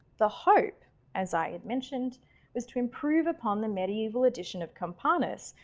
the hope as i had mentioned was to improve upon the medieval addition of campanus.